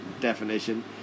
definition